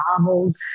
novels